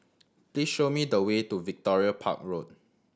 please show me the way to Victoria Park Road